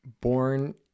born